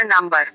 number